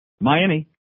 Miami